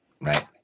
right